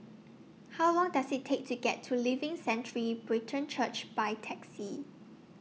How Long Does IT Take to get to Living Sanctuary Brethren Church By Taxi